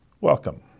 welcome